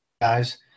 guys